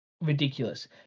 Ridiculous